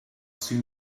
soon